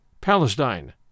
Palestine